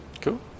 cool